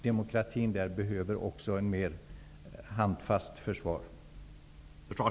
Demokratin där behöver också ett mera handfast försvar.